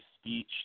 speech